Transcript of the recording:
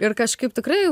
ir kažkaip tikrai